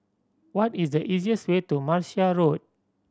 what is the easiest way to Martia Road